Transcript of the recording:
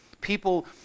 People